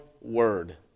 word